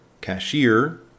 cashier